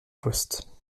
poste